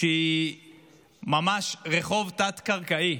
שהיא ממש רחוב תת קרקעי,